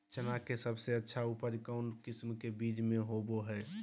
चना के सबसे अच्छा उपज कौन किस्म के बीच में होबो हय?